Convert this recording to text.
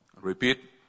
Repeat